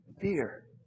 Fear